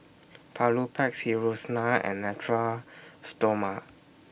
Papulex Hiruscar and Natura Stoma